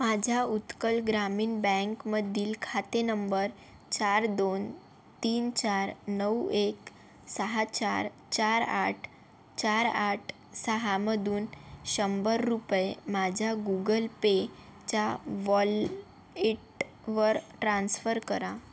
माझ्या उत्कल ग्रामीण बँकमधील खाते नंबर चार दोन तीन चार नऊ एक सहा चार चार आठ चार आठ सहामधून शंभर रुपये माझ्या गुगल पे च्या वॉल एटवर ट्रान्स्फर करा